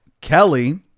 Kelly